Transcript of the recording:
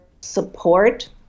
support